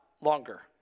longer